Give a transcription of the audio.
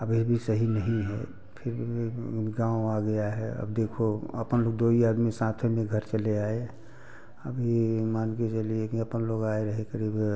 अभी भी सही नहीं है फिर भी गाँव आ गया है अब देखो अपन लोग दो ही आदमी साथ में घर चले आए अब ये मान के चलिए कि अपन लोग आए रहे करीब